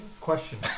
Question